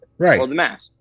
right